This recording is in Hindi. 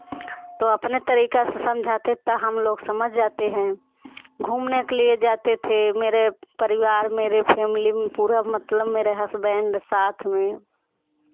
तो अपने तरीका से समझाते हैं तो हम लोग समझ जाते हैं घूमने के लिए जाते थे मेरे परिवार मेरे फैमिली में पूरा मतलब मेरे हसबैंड साथ में